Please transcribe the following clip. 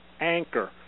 anchor